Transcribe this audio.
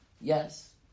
yes